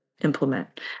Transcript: implement